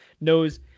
knows